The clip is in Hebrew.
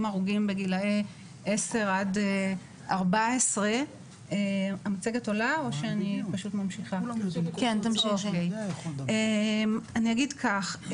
הרוגים בגילאי 10-14. אני אגיד כך,